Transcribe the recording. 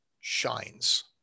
shines